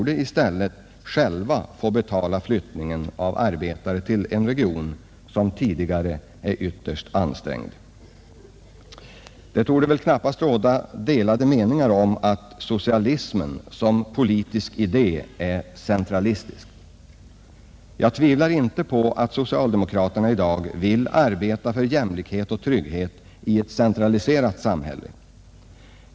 Dessa borde själva få betala flyttningen av arbetare till regioner som tidigare är ytterst ansträngda. Det torde knappast råda delade meningar om att socialismen som politisk idé är centralistisk. Jag tvivlar inte på att socialdemokraterna i dag vill arbeta för jämlikhet och trygghet i ett centraliserat samhälle.